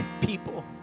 people